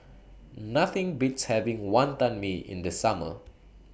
Nothing Beats having Wonton Mee in The Summer